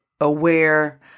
aware